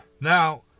Now